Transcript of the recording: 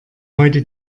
heute